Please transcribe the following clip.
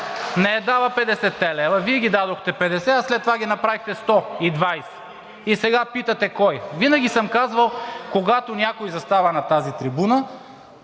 петдесетте лева. Вие дадохте 50, а след това ги направихте 120 и сега питате: „Кой?“ Винаги съм казвал, когато някой застава на тази трибуна,